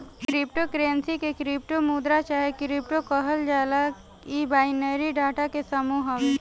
crypto currency के crypto मुद्रा चाहे क्रिप्टो कहल जाला इ बाइनरी डाटा के समूह हवे